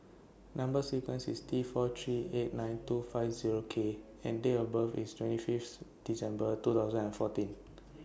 Number sequence IS T four three eight nine two five Zero K and Date of birth IS twenty Fifth December two thousand and fourteen